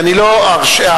כי אני לא אאפשר,